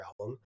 album